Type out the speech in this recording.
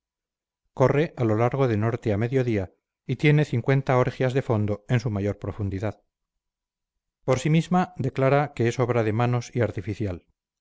corre a lo largo de norte a mediodía y tiene orgias de fondo en su mayor profundidad por sí misma declara que es obra de manos y artificial